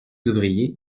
ouvriers